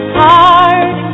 hard